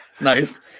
Nice